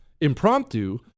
impromptu